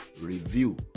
review